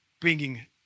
bringing